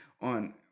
on